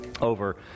over